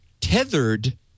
tethered